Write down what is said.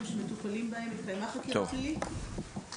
שמטופלים בהם התקיימה חקירה פלילית,